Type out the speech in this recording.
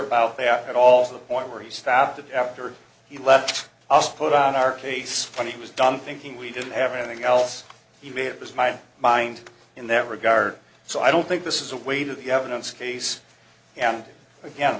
about that at all to the point where he stabbed after he left us put on our case when he was done thinking we didn't have anything else he made it was my mind in that regard so i don't think this is a weight of the evidence case and again